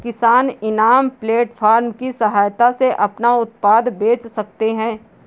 किसान eNAM platform की सहायता से अपना उत्पाद बेच सकते है